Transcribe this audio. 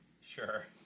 Sure